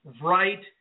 right